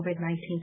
COVID-19